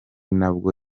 nabwo